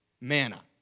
manna